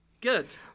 Good